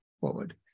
forward